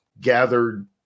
gathered